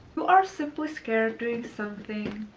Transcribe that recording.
you are simply scared doing something